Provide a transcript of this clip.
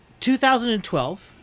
2012